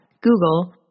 Google